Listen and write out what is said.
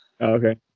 Okay